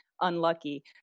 unlucky